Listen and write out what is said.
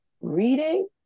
reading